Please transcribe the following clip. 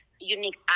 Unique